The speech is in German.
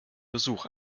besuch